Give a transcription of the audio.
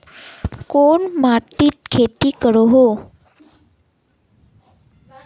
कोन माटित खेती उगोहो?